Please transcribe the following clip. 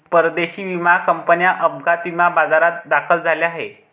परदेशी विमा कंपन्या अपघात विमा बाजारात दाखल झाल्या आहेत